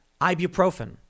ibuprofen